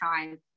time